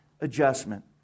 adjustment